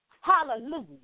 Hallelujah